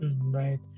Right